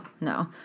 no